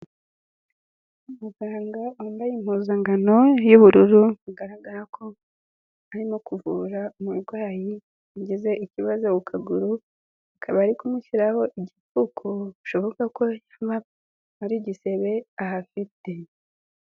Muganga wambaye impuzankano y'ubururu, bigaragara ko arimo kuvura umurwayi yagize ikibazo ku kaguru akaba ari kumushyiraho igipfuko bishoboka ko yaba ari igisebe ahafite.